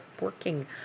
working